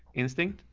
instinct,